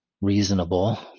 reasonable